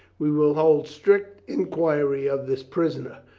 we will hold strict inquiry of this prisoner,